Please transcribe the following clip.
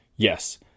Yes